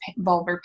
vulvar